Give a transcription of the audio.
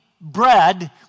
bread